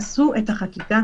עשו את החקיקה.